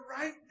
right